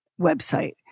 website